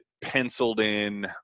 penciled-in